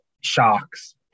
shocks